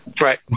Right